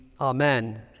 amen